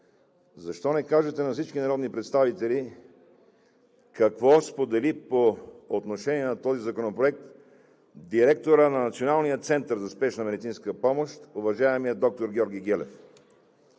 защо не кажете на всички народни представители какво сподели по отношение на този законопроект директорът на Националния център за спешна медицинска помощ – уважаемият доктор Георги Гелев?